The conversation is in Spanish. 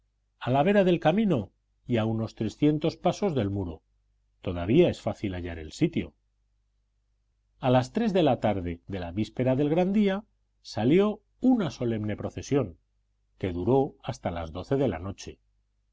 a la vera del camino y a unos trescientos pasos del muro todavía es fácil hallar el sitio a las tres de la tarde de la víspera del gran día salió una solemne procesión que duró hasta las doce de la noche